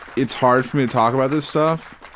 it's hard for me to talk about this stuff,